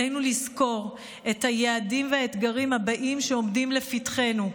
עלינו לזכור את היעדים והאתגרים הבאים שעומדים לפתחנו.